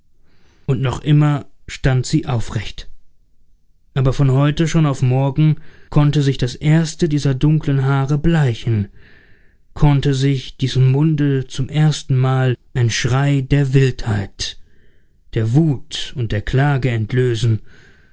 und noch immer stand sie aufrecht aber von heute schon auf morgen konnte sich das erste dieser dunklen haare bleichen konnte sich diesem munde zum erstenmal ein schrei der wildheit der wut und der klage entlösen